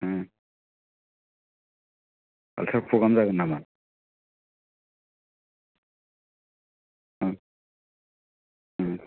उम आलथ्रा प्रग्राम जागोन नामा ओं उम